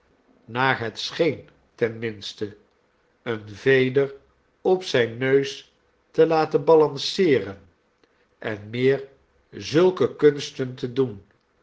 naar het scheen ten minste eene veder op zijn neus te laten balanceeren en meer zulke kunsten te doen